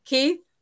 Keith